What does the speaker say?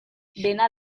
dena